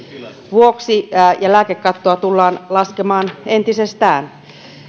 vuoksi ja lääkekattoa tullaan laskemaan entisestään